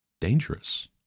dangerous